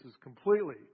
completely